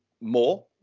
more